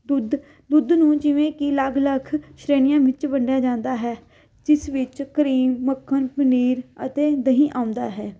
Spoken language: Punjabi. ਦੁੱਧ ਦੁੱਧ ਨੂੰ ਜਿਵੇਂ ਕਿ ਅਲੱਗ ਅਲੱਗ ਸ਼੍ਰੇਣੀਆਂ ਵਿੱਚ ਵੰਡਿਆ ਜਾਂਦਾ ਹੈ ਜਿਸ ਵਿੱਚ ਕਰੀਮ ਮੱਖਣ ਪਨੀਰ ਅਤੇ ਦਹੀਂ ਆਉਂਦਾ ਹੈ